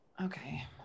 okay